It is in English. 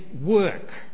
work